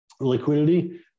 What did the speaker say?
liquidity